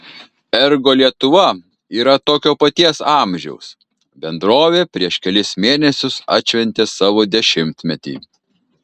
ergo lietuva yra tokio paties amžiaus bendrovė prieš kelis mėnesius atšventė savo dešimtmetį